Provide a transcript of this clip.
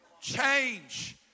Change